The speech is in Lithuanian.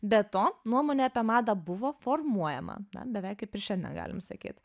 be to nuomonė apie madą buvo formuojama na beveik kaip ir šiandien galim sakyt